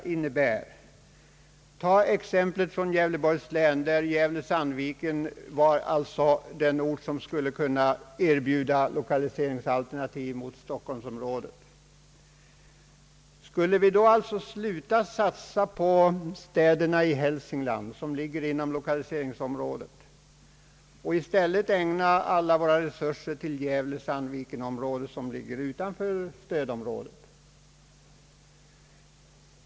Ta exemplet Gävleborgs län, där Gävle—Sandviken är det område som alltså skulle kunna erbjuda <lokaliseringsalternativ gentemot stockholmsområdet. Skulle vi då sluta satsa på de städer och den köping i Hälsingland, som ligger i lokaliseringsområdet och i stället sätta in alla våra resurser på Gävle—Sandviken-området, som ligger utanför stödområdet?